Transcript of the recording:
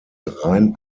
rein